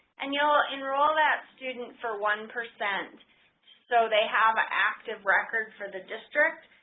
and you'll enroll that student for one percent so they have an active record for the district.